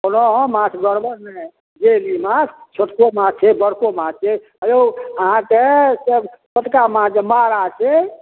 कहलहुँ हँ माछ गड़बड़ नहि डेली माछ छोटको माछ छै बड़को माछ छै आय यौ अहाँके सब छोटका माछ जे मारा छै